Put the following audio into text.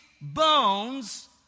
bones